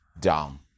down